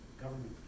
government